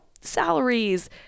salaries